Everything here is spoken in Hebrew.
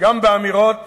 גם באמירות